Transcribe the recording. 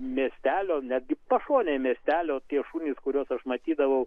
miestelio netgi pašonėj miestelio tie šunys kuriuos aš matydavau